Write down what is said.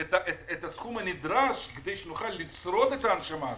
את הסכום הנדרש כדי שנוכל לשרוד את ההנשמה הזאת.